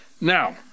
now